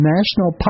National